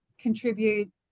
contribute